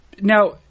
Now